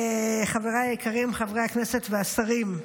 חבריי היקרים, חברי הכנסת והשרים,